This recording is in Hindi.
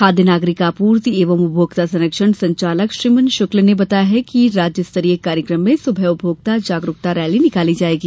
खाद्य नागरिक आपूर्ति एवं उपभोक्ता संरक्षण संचालक श्रीमन शुक्ल ने बताया कि राज्य स्तरीय कार्यक्रम में सुबह उपभोक्ता जागरूकता रैली निकाली जाएगी